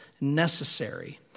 necessary